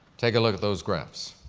take a look at those graphs.